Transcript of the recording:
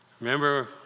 Remember